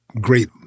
great